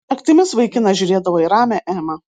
naktimis vaikinas žiūrėdavo į ramią emą